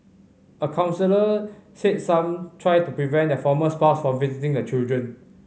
a counsellor said some try to prevent their former spouse from visiting the children